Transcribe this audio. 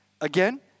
again